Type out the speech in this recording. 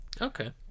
Okay